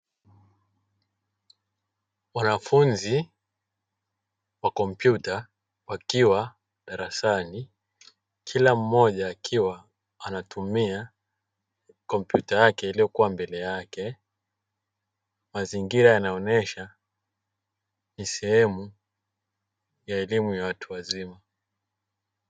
Wanafunzi wa kompyuta wakiwa darasani, kila mmoja akiwa anatumia kompyuta yake iliyokuwa mbele yake, mazingira yanaonyesha ni sehemu ya elimu ya watu wazima.